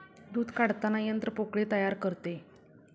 दूध काढताना यंत्र पोकळी तयार करते